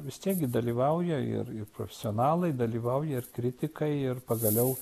vis tiek dalyvauja ir ir profesionalai dalyvauja ir kritikai ir pagaliau